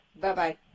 Bye-bye